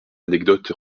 anecdote